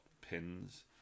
pins